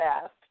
fast